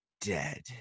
dead